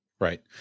Right